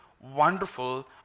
Wonderful